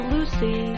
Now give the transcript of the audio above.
Lucy